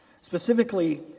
Specifically